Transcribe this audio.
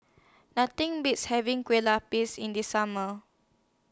Nothing Beats having Kue Lupis in The Summer